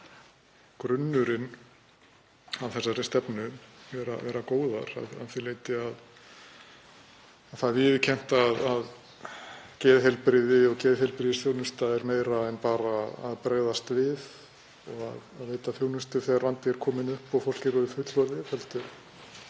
eru grunnurinn að þessari stefnu, vera góðar að því leyti að það er viðurkennt að geðheilbrigði og geðheilbrigðisþjónusta er meira en bara að bregðast við og veita þjónustu þegar vandi er kominn upp og fólk er orðið fullorðið. Þetta